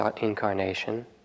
incarnation